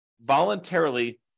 voluntarily